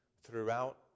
throughout